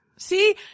See